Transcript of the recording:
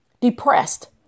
depressed